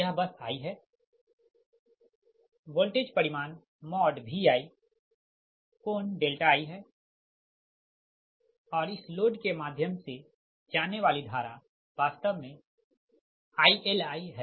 यह बस i है वोल्टेज परिमाण Vii है और इस लोड के माध्यम से जाने वाली धारा वास्तव में ILi है